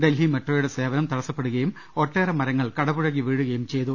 ഡൽഹി മെട്രോയുടെ സേവനം തടസ്സപ്പെടുകയും ഒട്ടേറെ മരങ്ങൾ കടപുഴകി വീഴുകയും ചെയ്തു